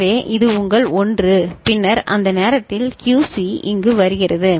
எனவே இது உங்கள் 1 பின்னர் அந்த நேரத்தில் QC இங்கு வருகிறது